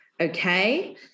okay